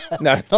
No